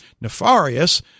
nefarious